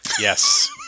Yes